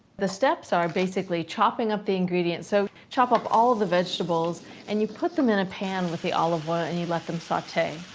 the steps are basically chopping up the ingredients so chop up all the vegetables and you put them in a pan with the olive oil, ah and you let them sautee.